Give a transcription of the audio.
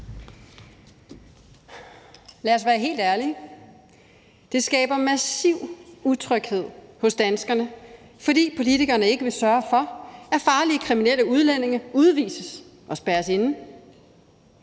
Lad os være helt ærlige: Det skaber massiv utryghed hos danskerne, fordi politikerne ikke vil sørge for, at farlige kriminelle udlændinge udvises og spærres inde.